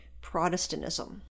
Protestantism